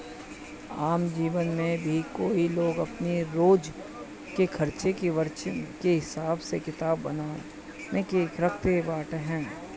आम जीवन में भी कई लोग अपनी रोज के खर्च वर्च के हिसाब किताब बना के रखत बाटे